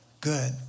good